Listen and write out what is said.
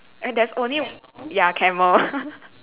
and there's only ya camel